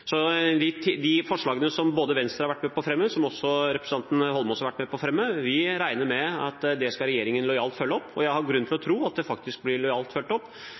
de forslagene som Venstre har vært med på å fremme, som også representanten Eidsvoll Holmås har vært med på å fremme, regner vi med at regjeringen lojalt vil følge opp, og jeg har grunn til å tro at de faktisk lojalt blir fulgt opp.